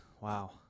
Wow